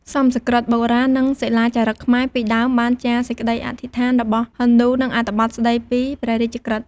សំស្ក្រឹតបុរាណ និងសិលាចារឹកខ្មែរពីដើមបានចារសេចក្ដីអធិស្ឋានរបស់ហិណ្ឌូ និងអត្ថបទស្ដីពីព្រះរាជក្រឹត្យ។